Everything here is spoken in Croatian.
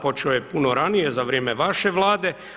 Počeo je puno ranije, za vrijeme vaše Vlade.